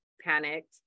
panicked